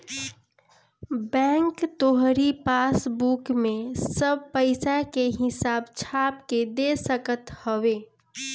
bank तोहरी passbook में सब पईसा के हिसाब छाप के दे सकत हवे